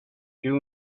were